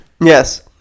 yes